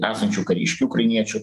esančių kariškių ukrainiečių